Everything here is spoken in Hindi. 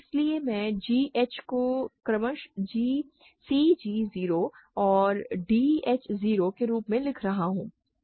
इसलिए मैं g h को क्रमशः cg 0 और d h 0 के रूप में लिख रहा हूँ